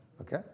Okay